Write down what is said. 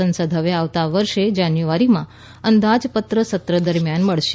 સંસદ હવે આવતા વર્ષે જાન્યુઆરીમાં અંદાજપત્ર સત્ર દરમિયાન મળશે